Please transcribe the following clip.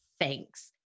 thanks